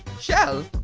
shell?